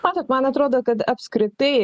matot man atrodo kad apskritai